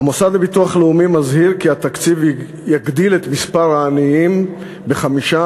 המוסד לביטוח לאומי מזהיר כי התקציב יגדיל את מספר העניים ב-5%,